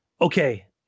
Okay